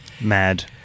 Mad